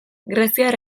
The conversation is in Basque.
greziar